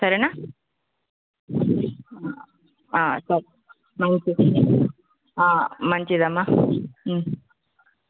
సరేనా సరే మంచిది మంచిదమ్మా